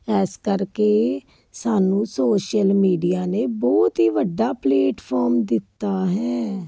ਇਸ ਕਰਕੇ ਸਾਨੂੰ ਸੋਸ਼ਲ ਮੀਡੀਆ ਨੇ ਬਹੁਤ ਹੀ ਵੱਡਾ ਪਲੇਟਫਾਰਮ ਦਿੱਤਾ ਹੈ